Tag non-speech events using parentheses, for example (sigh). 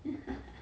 (laughs)